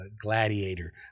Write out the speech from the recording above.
gladiator